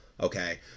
okay